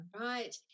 right